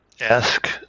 Ask